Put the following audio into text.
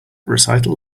recital